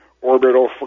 orbital